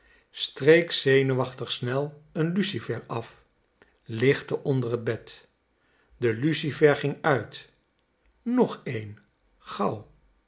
streek zenuwachtig snel n lucifer af lichtte onder het bed de lucifer ging uit nog een gauw